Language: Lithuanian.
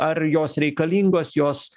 ar jos reikalingos jos